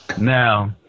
Now